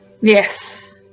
Yes